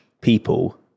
people